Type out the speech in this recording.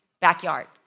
backyard